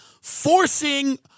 Forcing